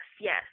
yes